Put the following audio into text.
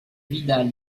vidal